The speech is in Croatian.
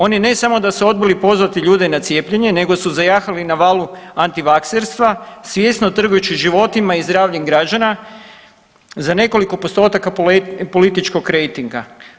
Oni ne samo da su odbili pozvati ljude na cijepljenje nego su zajahali na valu antivakserstva svjesno trgujući životima i zdravljem građana za nekoliko postotaka političkog rejtinga.